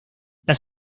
las